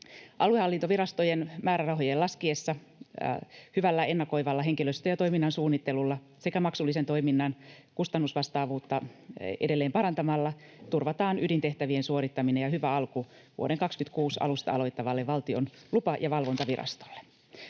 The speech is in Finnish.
Aluehallintovirastojen määrärahojen laskiessa hyvällä ennakoivalla henkilöstön ja toiminnan suunnittelulla sekä maksullisen toiminnan kustannusvastaavuutta edelleen parantamalla turvataan ydintehtävien suorittaminen ja hyvä alku vuoden 26 alusta aloittavalle Valtion lupa- ja valvontavirastolle.